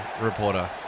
reporter